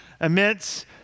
immense